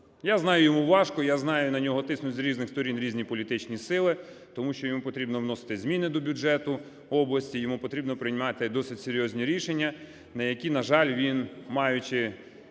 Горгана. Йому важко, я знаю, на нього тиснуть з різних сторін різні політичні сили, тому що йому потрібно вносити зміни до бюджету області, йому потрібно приймати досить серйозні рішення, на які, на жаль, він, маючи